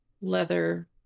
leather